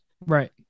Right